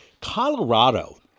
colorado